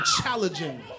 challenging